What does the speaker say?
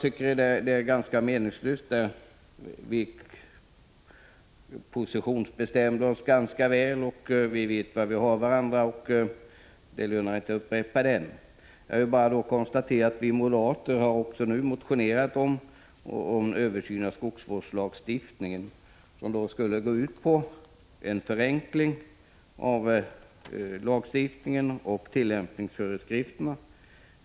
Det vore ganska meningslöst, eftersom vi positionsbestämde oss ganska väl och vet var vi har varandra. Jag vill bara konstatera att vi moderater också nu har motionerat om en översyn av skogsvårdslagstiftningen som skulle gå ut på en förenkling av lagstiftningen och tillämpningsföreskrifterna.